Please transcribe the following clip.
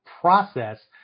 process